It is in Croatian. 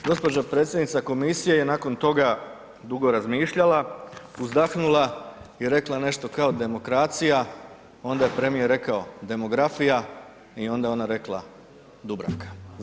Gospođa predsjednica komisije je nakon toga dugo razmišljala, uzdahnula i rekla nešto kao demokracija, onda je premijer rekao demografija i onda je ona rekla Dubravka.